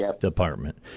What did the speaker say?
Department